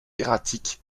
erratique